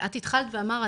את התחלת ואמרת,